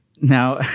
now